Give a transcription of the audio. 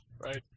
right